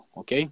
ok